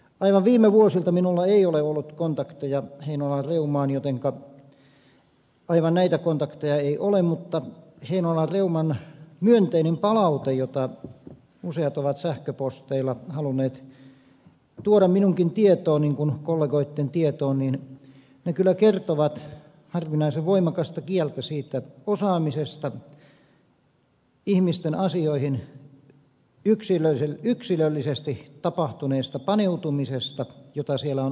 aivan viime vuosilta minulla ei ole ollut kontakteja heinolan reumaan aivan näitä kontakteja ei ole mutta heinolan reuman myönteinen palaute jota useat ovat sähköposteilla halunneet tuoda minunkin tietooni niin kuin kollegoittenkin tietoon kyllä kertoo harvinaisen voimakasta kieltä siitä osaamisesta ihmisten asioihin yksilöllisesti tapahtuneesta paneutumisesta jota siellä on ollut